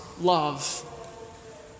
love